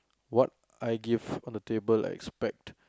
what I give on the table I expect